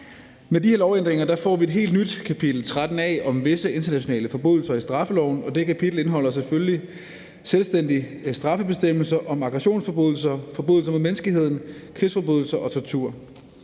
Med de her lovændringer får vi et helt nyt kapitel 13 a om visse internationale forbrydelser i straffeloven, og det kapitel indeholder selvfølgelig selvstændige straffebestemmelser om aggressionsforbrydelser, forbrydelser mod menneskeheden, krigsforbrydelser og tortur.